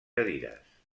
cadires